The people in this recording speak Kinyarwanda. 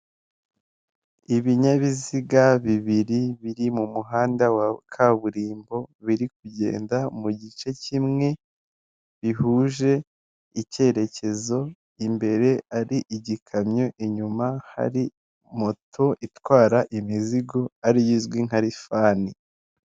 Ibinyabiziga bibiri biri mu muhanda wa kaburimbo, biri kugenda mu gice kimwe, bihuje icyerekezo, imbere ari igikamyo, inyuma hari moto itwara imizigo, ari yo izwi nka rifani.